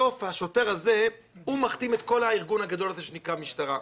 בסוף השוטר הזה הוא מכתים את כל הארגון הגדול הזה שנקרא משטרה.